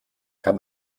kann